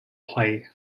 play